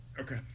Okay